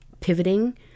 pivoting